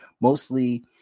mostly